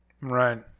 Right